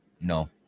No